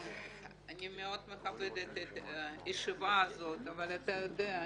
אני מאוד מכבדת את הישיבה הזאת אבל אתה יודע,